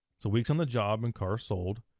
so weeks on the job and cars sold.